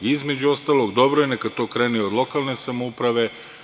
Između ostalog, dobro je neka to krene i od lokalne samouprave.